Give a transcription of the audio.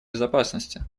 безопасности